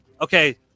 Okay